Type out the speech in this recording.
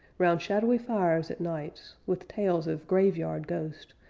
round shadowy fires at nights, with tales of graveyard ghost,